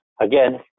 Again